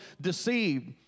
deceived